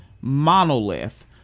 monolith